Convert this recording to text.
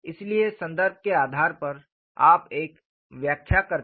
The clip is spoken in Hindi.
इसलिए संदर्भ के आधार पर आप एक व्याख्या करते हैं